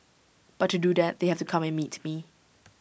but to do that they have to come and meet me